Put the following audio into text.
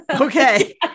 Okay